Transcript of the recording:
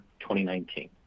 2019